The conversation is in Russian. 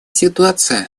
ситуация